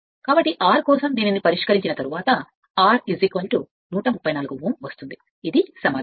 కాబట్టి R కోసం దీనిని పరిష్కరించిన తరువాత వాస్తవానికి R 134 Ω వస్తుంది ఇది సమాధానం